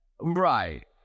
Right